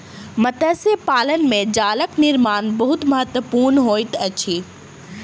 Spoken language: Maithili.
मत्स्य पालन में जालक निर्माण बहुत महत्वपूर्ण होइत अछि